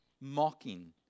mocking